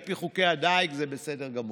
על פי חוקי הדיג זה בסדר גמור.